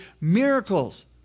miracles